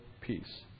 peace